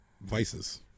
vices